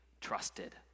trusted